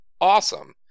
awesome